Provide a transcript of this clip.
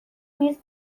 میز